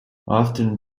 often